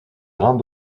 grands